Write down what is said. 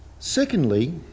Secondly